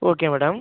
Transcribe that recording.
okay madam